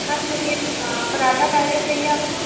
हाँ सर यह पराँठा काहे का चाहिए आपको